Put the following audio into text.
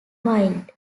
wild